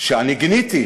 שאני גיניתי.